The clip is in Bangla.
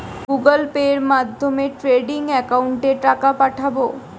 গুগোল পের মাধ্যমে ট্রেডিং একাউন্টে টাকা পাঠাবো?